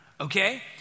okay